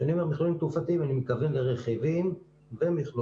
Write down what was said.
כשאני אומר מכלולים תעופתיים אני מתכוון לרכיבים ומכלולים